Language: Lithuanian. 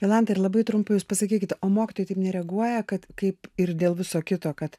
jolanta ir labai trumpai jūs pasakykit o mokytojai taip nereaguoja kad kaip ir dėl viso kito kad